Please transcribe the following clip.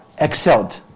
excelled